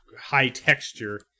high-texture